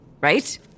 right